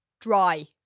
Dry